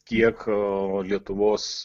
kiek a lietuvos